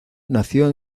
nació